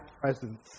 presence